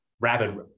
rapid